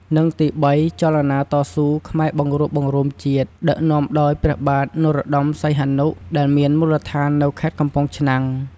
និង ទី៣ ចលនាតស៊ូ ខ្មែរបង្រួបបង្រួមជាតិ ដឹកនាំដោយព្រះបាទ នរោត្តមសីហនុ ដែលមានមូលដ្ឋាននៅ ខេត្តកំពង់ឆ្នាំង ។